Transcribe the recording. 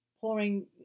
pouring